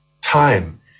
time